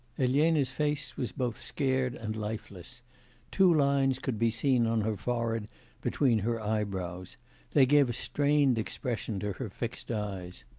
elena's face was both scared and lifeless two lines could be seen on her forehead between her eyebrows they gave a strained expression to her her fixed eyes.